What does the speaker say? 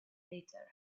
letter